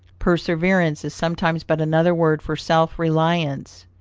perseverance is sometimes but another word for self-reliance.